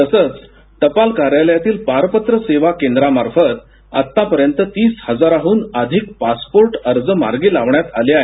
तसंच टपाल कार्यालयातील पारपत्र सेवा केंद्रामार्फत आत्तापर्यंत तीस हजारांहन अधिक पासपोर्ट अर्ज मार्गी लावण्यात आले आहेत